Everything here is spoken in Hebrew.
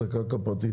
זו קרקע פרטית.